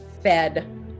fed